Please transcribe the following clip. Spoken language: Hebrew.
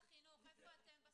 איפה אתם בסיפור?